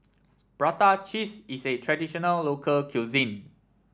Prata Cheese is a traditional local cuisine